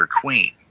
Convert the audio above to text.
queen